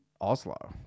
Oslo